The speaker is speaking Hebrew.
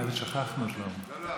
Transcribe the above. שכחנו, שלמה.